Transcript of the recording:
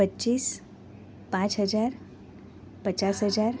પચીસ પાંચ હજાર પચાસ હજાર